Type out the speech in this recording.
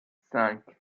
cinq